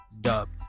dubbed